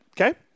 Okay